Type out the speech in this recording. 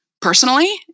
personally